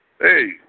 Hey